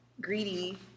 greedy